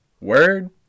Word